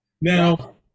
Now